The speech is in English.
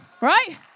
right